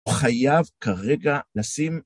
חייב כרגע לשים